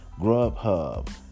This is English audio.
Grubhub